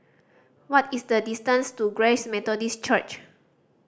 what is the distance to Grace Methodist Church